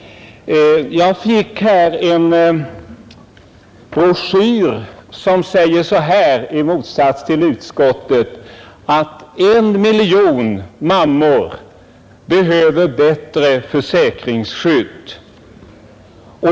Jag fick en broschyr där man — i motsats till utskottet — säger att ”1 miljon mammor behöver bättre försäkringsskydd”.